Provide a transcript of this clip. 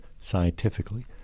scientifically